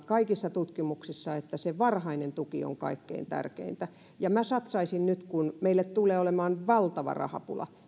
kaikissa tutkimuksissa todetaan että se varhainen tuki on kaikkein tärkeintä minä satsaisin nyt kun meillä tulee olemaan valtava rahapula